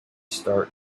start